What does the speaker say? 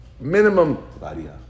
minimum